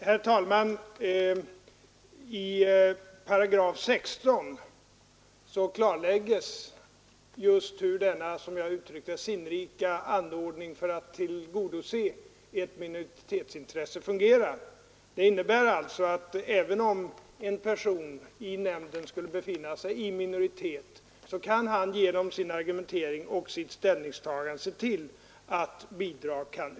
Herr talman! I 16 § klarläggs just hur den — som jag uttryckte det — sinnrika anordningen för att tillgodose ett minoritetsintresse fungerar. Det innebär alltså att även en person som i nämnden befinner sig i minoritet genom sin argumentering och sitt ställningstagande kan åstadkomma att bidrag utgår.